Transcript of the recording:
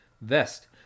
vest